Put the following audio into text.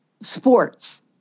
sports